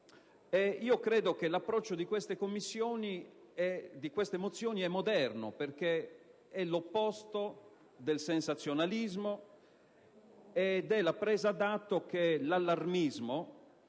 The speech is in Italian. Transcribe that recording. Credo che l'approccio di queste mozioni sia moderno, perché è l'opposto del sensazionalismo ed è la presa d'atto che l'allarmismo